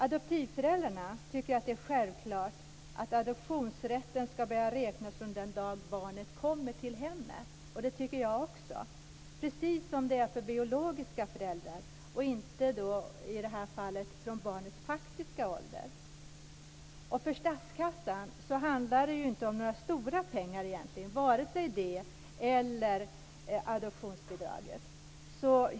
- Adoptivföräldrarna tycker att det är självklart att pensionsrätten ska börja räknas från den dag barnet kommer till sina föräldrar, precis som för biologiska föräldrar, och inte från barnets faktiska ålder Det tycker jag också. För statskassan handlar det inte om några stora pengar, vare sig för pensionen eller för adoptionsbidraget.